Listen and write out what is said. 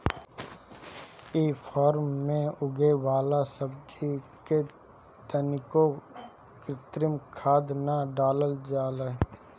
इ फार्म में उगे वाला सब्जी में तनिको कृत्रिम खाद ना डालल जाला